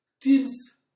teams